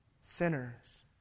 sinners